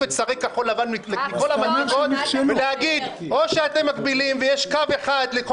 ולהביא את הכל למצב שיהיה פה כאוס אחד שלם,